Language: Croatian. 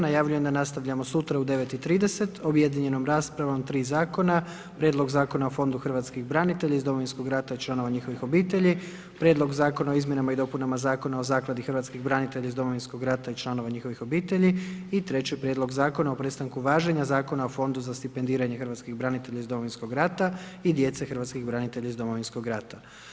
Najavljujem da nastavljamo sutra u 9,30 objedinjenom raspravom tri zakona: Prijedlog zakona o Fondu hrvatskih branitelja iz Domovinskog rata i članova njihovih obitelji, Prijedlog zakona o Izmjenama i dopunama Zakona o Zakladi hrvatskih branitelja iz Domovinskog rata i članova njihovih obitelji i 3. Prijedlog zakona o prestanku važenja Zakona o Fondu za stipendiranje hrvatskih branitelja iz Domovinskog rata i djece hrvatskih branitelja iz Domovinskog rata.